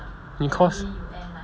你 course